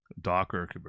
Docker